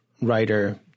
writer